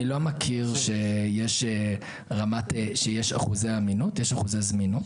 אני לא מכיר שיש אחוזי אמינות, יש אחוזי זמינות.